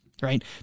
right